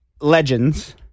Legends